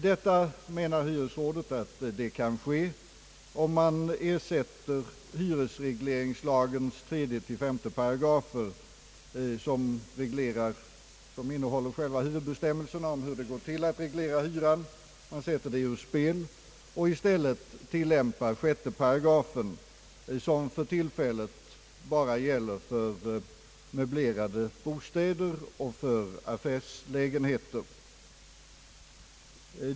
Detta kan ske, menar hyresrådet, om man ersätter hyresregleringslagens 3—5 §§, som innehåller själva huvudbestämmelserna om hur det går till att reglera hyran, och i stället tillämpa 6 §, vilken för tillfället bara gäller beträffande möblerade bostäder och affärslägenheter.